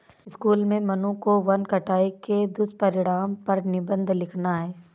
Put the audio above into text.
school में मन्नू को वन कटाई के दुष्परिणाम पर निबंध लिखना है